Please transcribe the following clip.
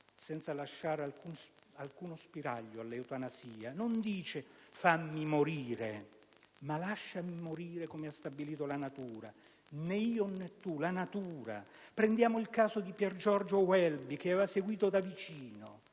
senza lasciare alcuno spiraglio all'eutanasia. Non dice "fammi morire", ma "lasciami morire come ha stabilito la natura": né io, né tu, ma la natura. Prendiamo il caso di Piergiorgio Welby, che aveva seguito da vicino.